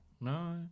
no